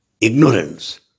ignorance